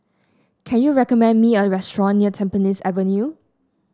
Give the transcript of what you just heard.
can you recommend me a restaurant near Tampines Avenue